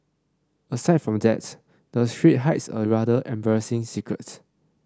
aside from that the street hides a rather embarrassing secrets